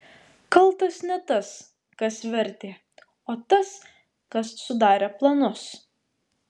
kaltas ne tas kas vertė o tas kas sudarė planus